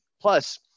Plus